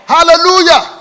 Hallelujah